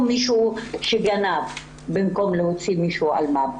מישהו שגנב במקום להוציא מישהו שהוא אלמ"ב.